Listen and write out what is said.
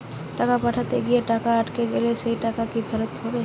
টাকা পাঠাতে গিয়ে টাকা আটকে গেলে সেই টাকা কি ফেরত হবে?